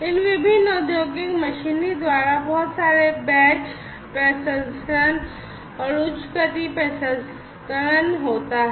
इन विभिन्न औद्योगिक मशीनरी द्वारा बहुत सारे बैच प्रसंस्करण और उच्च गति प्रसंस्करण होता है